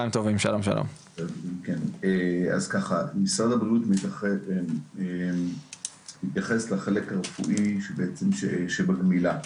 וברכה, משרד הבריאות מתייחס לחלק הרפואי שבגמילה.